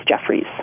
Jeffries